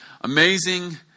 Amazing